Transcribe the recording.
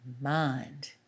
mind